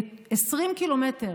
20 קילומטר